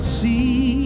see